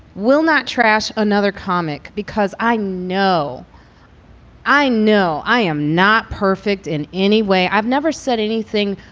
will not trash another comic because i know i know i am not perfect in any way i've never said anything.